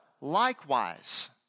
Likewise